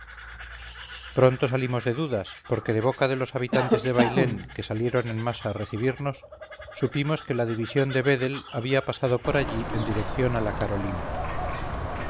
pronto salimos de dudas porque de boca de los habitantes de bailén que salieron en masa a recibirnos supimos que la división vedel había pasado por allí en dirección a la carolina